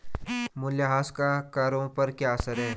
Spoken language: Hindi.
मूल्यह्रास का करों पर क्या असर है?